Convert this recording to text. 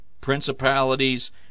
principalities